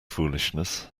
foolishness